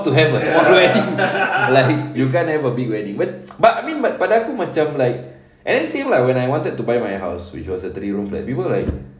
to have a small wedding like you can't have a big wedding but but I mean but pada aku macam like and same like when I wanted to buy my house which was a three room flat people were like